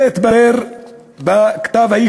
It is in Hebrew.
זה התברר בכתב-האישום